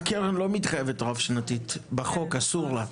הקרן לא מתחייבת רב שנתית, בחוק, אסור לה.